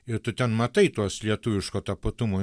ir tu ten matai tuos lietuviško tapatumo